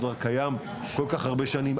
קיים כבר כל כך הרבה שנים.